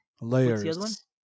Layers